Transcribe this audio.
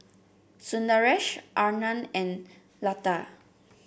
Sundaresh Anand and Lata